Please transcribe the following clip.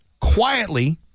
Quietly